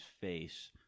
face